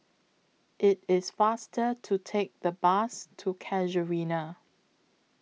IT IS faster to Take The Bus to Casuarina